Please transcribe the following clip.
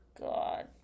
God